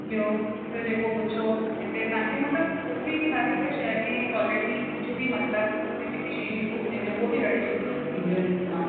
ॿियो ॿियो जेको पुछो हिते असांखे मतिलबु सुठी हर हिकु शइ में क़्वालिटी छोकि मतिलब इते जेके शयूं यूज़ थींदियूं उहे बि ॾाढियूं सुठियूं थींदियूं आहिनि इस्तेमालु